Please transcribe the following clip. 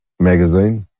magazine